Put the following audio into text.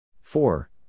Four